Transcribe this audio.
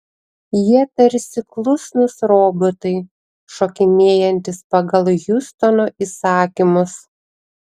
jie tarsi klusnūs robotai šokinėjantys pagal hiustono įsakymus